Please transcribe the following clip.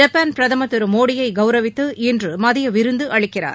Japan பிரதமர் திரு மோடியை கவுரவித்து இன்று மதிய விருந்து அளிக்கிறார்